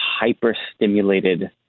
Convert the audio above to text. hyper-stimulated